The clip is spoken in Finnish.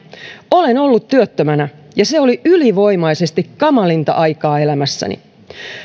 olen ollut työttömänä ja se oli ylivoimaisesti kamalinta aikaa elämässäni